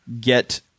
get